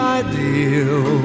ideal